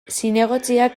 zinegotziak